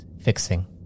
fixing